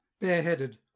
bareheaded